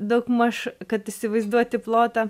daugmaž kad įsivaizduoti plotą